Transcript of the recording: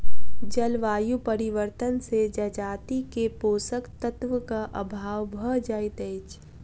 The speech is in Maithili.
जलवायु परिवर्तन से जजाति के पोषक तत्वक अभाव भ जाइत अछि